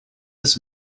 this